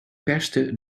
perste